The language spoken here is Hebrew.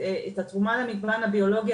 את התרומה למגוון הביולוגי,